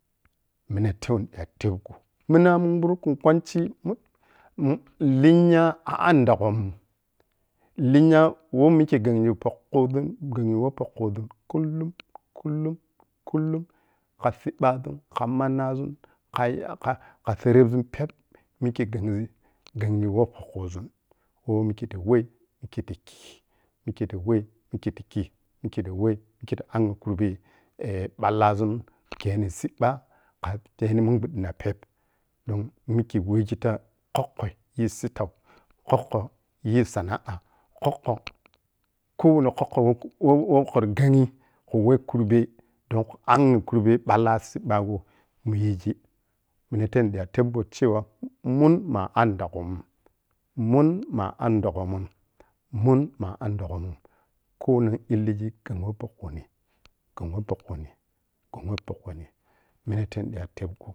Minamun wurkun kwanchi mun-mun-hinya cindoghum, linya woh mikhe ghanji pokuzun, ghanji woh pokuzun kulhum kullum, kullum kha serep zun kha manazun kha-kha zun pep mikhe ghanzi ghanzi woh pokuzun weh mikhe ta angwho kuba balazun kheni cibba kha kheni mun gbudina rep don mikhei wehgi ta kokko citau, yi sana'a kokko kyeh ko wani kokko woh ku- woh kuri ghanji ku we karbe ɓon khu angho kurbe balla ciɓɓa cewa mun muh andoghom mun muh andghom mun muh andoghom konon illigi ghan wo pocuni ghan wo pokuni ghan mopokuli minute ni ɓiya tebgo.